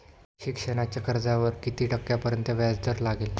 शिक्षणाच्या कर्जावर किती टक्क्यांपर्यंत व्याजदर लागेल?